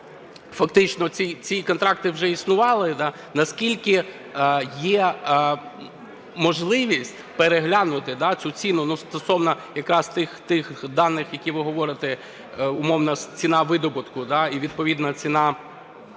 фактично ці контракти вже існували. Наскільки є можливість переглянути цю ціну стосовно якраз тих даних, які ви говорите, умовна ціна видобутку і відповідна ціна,